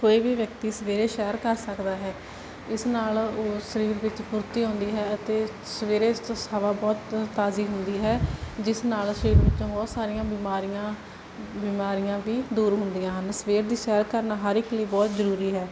ਕੋਈ ਵੀ ਵਿਅਕਤੀ ਸਵੇਰੇ ਸੈਰ ਕਰ ਸਕਦਾ ਹੈ ਇਸ ਨਾਲ ਉਸ ਸਰੀਰ ਵਿੱਚ ਫੁਰਤੀ ਆਉਂਦੀ ਹੈ ਅਤੇ ਸਵੇਰੇ ਸਵਾ ਬਹੁਤ ਤਾਜ਼ੀ ਹੁੰਦੀ ਹੈ ਜਿਸ ਨਾਲ ਸਰੀਰ ਵਿੱਚੋਂ ਬਹੁਤ ਸਾਰੀਆਂ ਬਿਮਾਰੀਆਂ ਬਿਮਾਰੀਆਂ ਵੀ ਦੂਰ ਹੁੰਦੀਆਂ ਹਨ ਸਵੇਰ ਦੀ ਸੈਰ ਕਰਨ ਹਰ ਇੱਕ ਲਈ ਬਹੁਤ ਜ਼ਰੂਰੀ ਹੈ